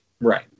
Right